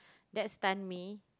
that's time me